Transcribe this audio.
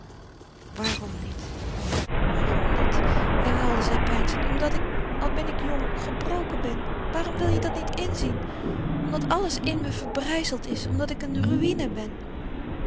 waarom niet waarom niet herhaalde zij peinzend omdat ik al ben ik jong gebroken ben waarom wil je dat niet inzien omdat alles in me verbrijzeld is omdat ik een ruïne ben